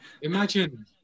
imagine